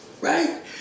Right